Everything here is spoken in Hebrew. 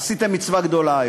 עשיתם מצווה גדולה היום.